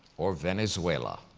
or venezuela?